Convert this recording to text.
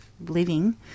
living